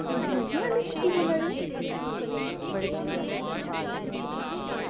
delivery आह्ली दीदी बोल्ला दी आं